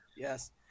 Yes